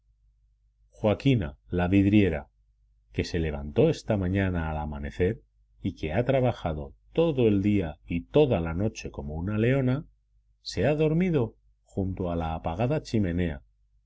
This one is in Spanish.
joaquina la vidriera que se levantó esta mañana al amanecer y que ha trabajado todo el día y toda la noche como una leona se ha dormido junto a la apagada chimenea